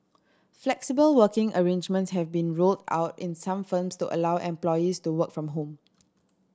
flexible working arrangements have been rolled out in some firms to allow employees to work from home